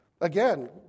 Again